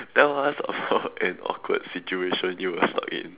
tell us about an awkward situation you were stuck in